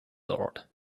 thought